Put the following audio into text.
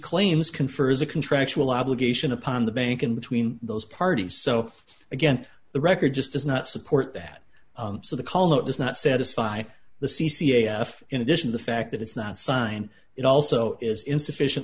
claims confers a contractual obligation upon the bank in between those parties so again the record just does not support that so the calo does not satisfy the c c f in addition the fact that it's not sign it also is insufficient